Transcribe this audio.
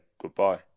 goodbye